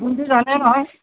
কোনটো জানে নহয়